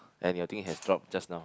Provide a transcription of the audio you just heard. and your thing is drop just now